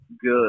good